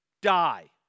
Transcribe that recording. die